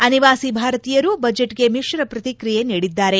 ಅನಿವಾಸಿ ಭಾರತೀಯರು ಬಜೆಟ್ಗೆ ಮಿತ್ರ ಪ್ರತಿಕ್ರಿಯೆ ನೀಡಿದ್ದಾರೆ